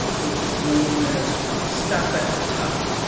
which is known as stop at the top.